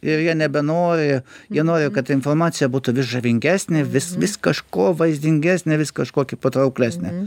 ir jie nebenori jie nori kad informacija būtų vis žavingesnė vis vis kažko vaizdingesnė vis kažkokį patrauklesnė